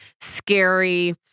scary